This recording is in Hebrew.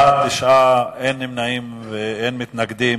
בעד, 9, אין נמנעים ואין מתנגדים.